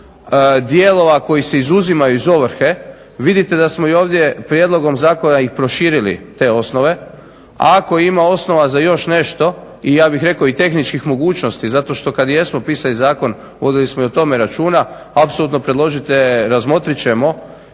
dijelova koji se izuzimaju iz ovrhe, vidite da smo i ovdje prijedlogom zakona ih proširili te osnove. Ako ima osnova za još nešto i ja bih rekao i tehničkih mogućnosti zato što kada jesmo pisali zakon vodili smo i o tome računa. Apsolutno predložite, razmotrit ćemo.